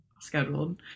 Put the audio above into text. scheduled